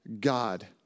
God